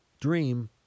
dream